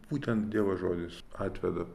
būtent dievo žodis atveda